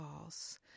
false